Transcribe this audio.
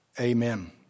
amen